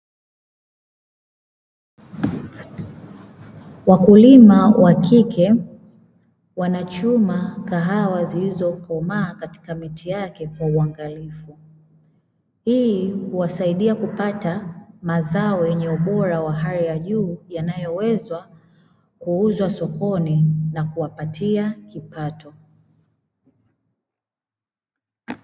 Wakulima wa kike Wanachuma kahawa zilizokomaa katika miti yake kwa uangalifu .Hii kuwasaidia kupata mazao yenye ubora wa hali ya juu yanayoweza Kuuzwa sokoni na kuwapatia kipato.